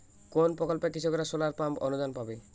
কোন প্রকল্পে কৃষকরা সোলার পাম্প অনুদান পাবে?